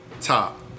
top